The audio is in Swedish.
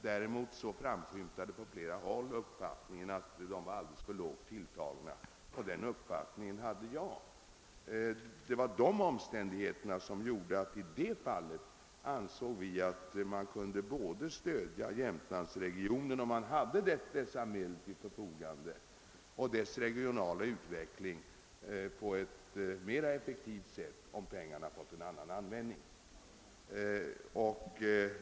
Däremot framskymtade på flera håll uppfattningen att de var alldeles för lågt tilltagna, och även jag hade denna uppfattning. Det var dessa omständighetaer som gjorde att vi i detta fall ansåg att man, om man hade motsvarande medel till förfogande, kunde stödja Jämtlandsregionens utveckling på ett mera effektivt sätt om pengarna användes på ett annat sätt.